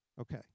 Okay